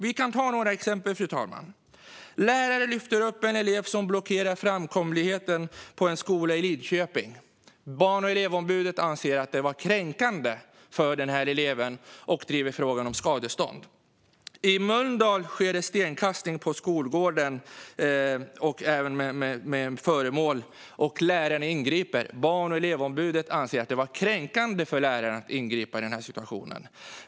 Vi kan ta några exempel, fru talman. Lärare lyfter upp en elev som blockerar framkomligheten på en skola i Lidköping. Barn och elevombudet anser att det var kränkande för eleven och driver frågan om skadestånd. I Mölndal sker det stenkastning på skolgården och även kastning av föremål. Läraren ingriper. Barn och elevombudet anser att det var kränkande av läraren att ingripa i den situationen.